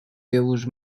pelos